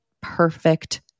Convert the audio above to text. perfect